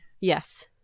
yes